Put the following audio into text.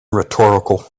rhetorical